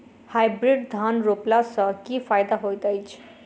Hybrid धान रोपला सँ की फायदा होइत अछि?